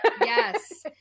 yes